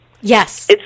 Yes